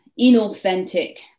inauthentic